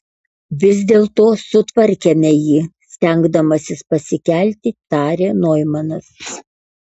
vis dėlto sutvarkėme jį stengdamasis pasikelti tarė noimanas